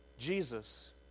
Jesus